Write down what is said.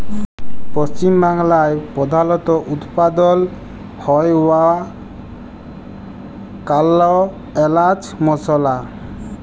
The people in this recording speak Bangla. পশ্চিম বাংলায় প্রধালত উৎপাদল হ্য়ওয়া কাল এলাচ মসলা